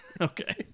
Okay